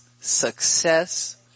success